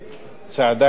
צעדה אתנו.